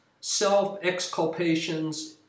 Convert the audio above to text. self-exculpations